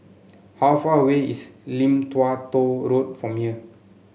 how far away is Lim Tua Tow Road from here